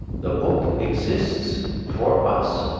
the book exists for us,